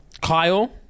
Kyle